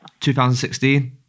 2016